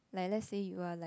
like that say you are like